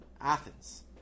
Athens